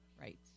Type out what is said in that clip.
Right